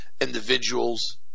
individuals